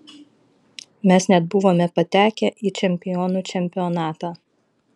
mes net buvome patekę į čempionų čempionatą